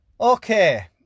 Okay